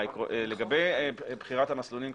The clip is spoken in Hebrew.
לגבי בחירת המסלולים,